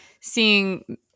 seeing